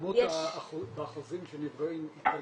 הכמות באחוזים שנפגעים איטלקים,